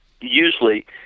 usually